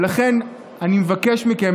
ולכן אני מבקש מכם,